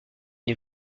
les